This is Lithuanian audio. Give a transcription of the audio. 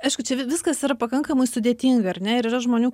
aišku čia vi viskas yra pakankamai sudėtinga ar ne ir yra žmonių